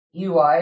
UI